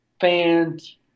fans